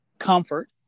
comfort